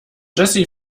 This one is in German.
jessy